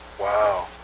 Wow